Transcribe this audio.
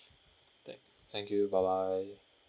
th~ thank you bye bye